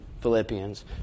Philippians